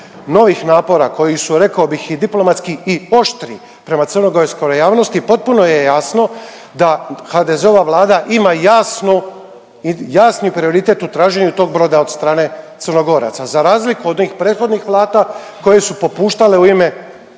novih napora koji su rekao bih i diplomatski i oštri prema crnogorskoj javnosti potpuno je jasno da HDZ-ova vlada ima jasni prioritet u traženju tog broda od strane Crnogoraca za razliku od onih prethodnih vlada koje su popuštale u ime